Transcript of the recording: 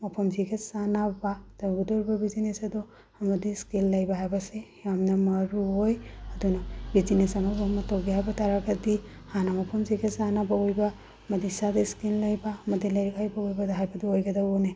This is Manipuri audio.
ꯃꯐꯝꯁꯤꯒ ꯆꯥꯟꯅꯕ ꯇꯧꯒꯗꯣꯔꯤꯕ ꯕꯤꯖꯤꯅꯦꯁ ꯑꯗꯣ ꯑꯃꯗꯤ ꯁ꯭ꯀꯤꯜ ꯂꯩꯕ ꯍꯥꯏꯕꯁꯦ ꯌꯥꯝꯅ ꯃꯔꯨ ꯑꯣꯏ ꯑꯗꯨꯅ ꯕꯤꯖꯤꯅꯦꯁ ꯑꯅꯧꯕ ꯑꯃ ꯇꯧꯒꯦ ꯍꯥꯏꯕ ꯇꯥꯔꯒꯗꯤ ꯍꯥꯟꯅ ꯃꯐꯝꯁꯤꯒ ꯆꯥꯟꯅꯕ ꯑꯣꯏꯕ ꯑꯃꯗꯤ ꯁꯕ ꯁ꯭ꯀꯤꯜ ꯂꯩꯕ ꯑꯃꯗꯤ ꯂꯥꯏꯔꯤꯛ ꯍꯩꯕ ꯑꯣꯏꯕꯗ ꯍꯥꯏꯕꯗꯣ ꯑꯣꯏꯒꯗꯧꯕꯅꯤ